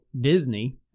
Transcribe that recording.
Disney